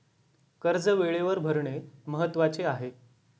कर्ज वेळेवर भरणे महत्वाचे आहे